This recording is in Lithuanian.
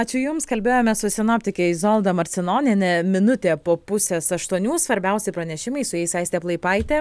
ačiū jums kalbėjome su sinoptike izolda marcinoniene minutė po pusės aštuonių svarbiausi pranešimai su jais aistė plaipaitė